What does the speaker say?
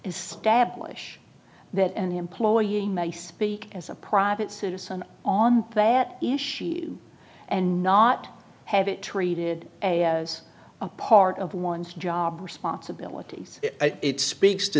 is stablish that an employee may speak as a private citizen on that issue and not have it treated a as a part of one's job responsibilities it speaks to